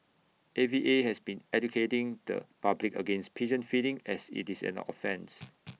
A V A has been educating the public against pigeon feeding as IT is an offence